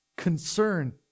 concern